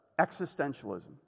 existentialism